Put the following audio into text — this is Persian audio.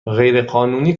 غیرقانونی